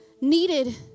needed